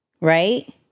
right